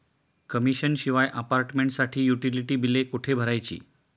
Commission शिवाय अपार्टमेंटसाठी utility बिले कुठे भरायची?